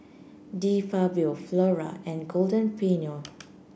De Fabio Flora and Golden Peony